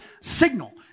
signal